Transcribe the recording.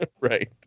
Right